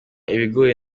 ibigori